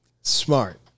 smart